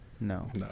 no